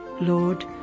Lord